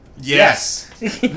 Yes